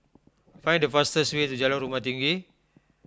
find the fastest way to Jalan Rumah Tinggi